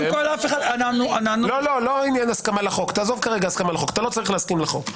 אתה לא צריך להסכים לחוק.